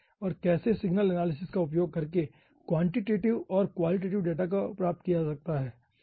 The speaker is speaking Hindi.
और कैसे सिग्नल एनालिसिस का उपयोग करके क्वांटिटेटिव और क्वालिटेटिव डेटा को प्राप्त किया जा सकता है ठीक है